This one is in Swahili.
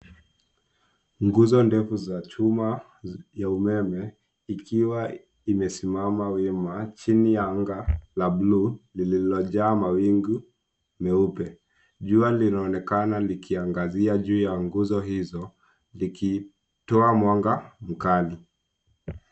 Nguzo ndefu za chuma ya umeme ikiwa imesimama wima chini ya anga la bluu lililojaa mawingu meupe. Jua linaonekana likiangazia juu ya nguzo hizo likitoa mwanga mkali.